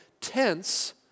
tents